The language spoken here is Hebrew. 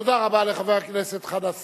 תודה רבה לחבר הכנסת חנא סוייד.